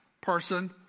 person